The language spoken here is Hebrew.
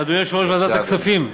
אדוני יושב-ראש ועדת הכספים,